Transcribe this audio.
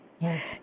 Yes